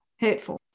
hurtful